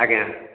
ଆଜ୍ଞା